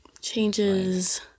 changes